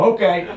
Okay